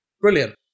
brilliant